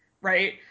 right